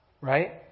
Right